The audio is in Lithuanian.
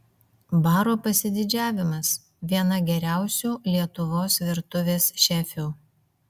baro pasididžiavimas viena geriausių lietuvos virtuvės šefių